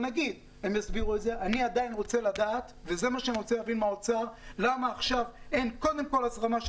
אני עדיין רוצה לדעת למה עכשיו אין קודם כל הזרמה של